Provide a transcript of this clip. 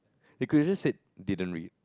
they could have just say didn't read